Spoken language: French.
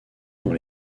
dans